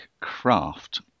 craft